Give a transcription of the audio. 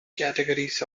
categories